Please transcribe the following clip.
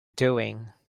doing